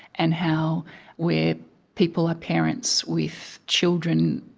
and how where people are parents with children,